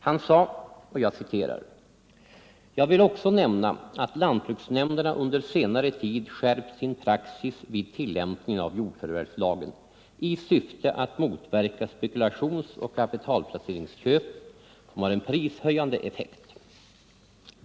Han sade: ”Jag vill också nämna att lantbruksnämnderna under senare tid skärpt sin praxis vid tillämpningen av jordförvärvslagen i syfte att motverka spekulationsoch kapitalplaceringsköp, som har en prishöjande effekt.